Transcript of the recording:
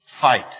Fight